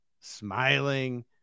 smiling